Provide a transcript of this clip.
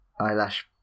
eyelash